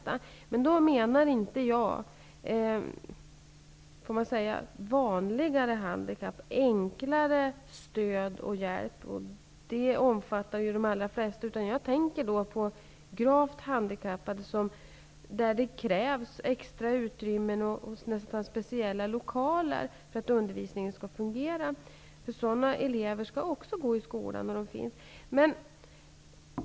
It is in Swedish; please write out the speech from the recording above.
Jag tänker då inte på det som vi kan kalla vanligare handikapp, som kräver enklare stöd och hjälp -- detta gäller ju i de allra flesta fall -- utan jag tänker på gravt handikappade, för vilka det krävs extra utrymmen och kanske t.o.m. speciella lokaler för att undervisningen skall fungera. Sådana elever skall ju också gå i skola.